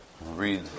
read